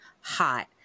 hot